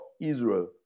Israel